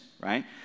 right